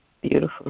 Beautiful